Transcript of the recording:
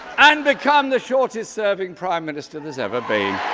and become the shortest serving prime minister that's ever been.